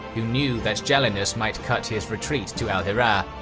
who knew that jalinus might cut his retreat to al-hirah,